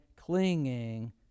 clinging